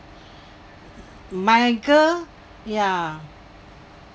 my girl ya